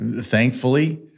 thankfully